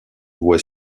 voie